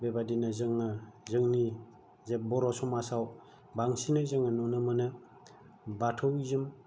बेबायदिनो जोङो जोंनि बे बर' समाजाव बांसिनै जोङो नुनो मोनो बाथौजों